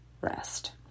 rest